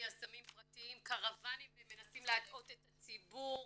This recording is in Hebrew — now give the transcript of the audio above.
יזמים פרטיים קרוואנים והם מנסים להטעות את הציבור,